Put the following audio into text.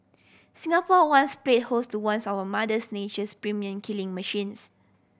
Singapore once play host to once of Mother's Nature's premium killing machines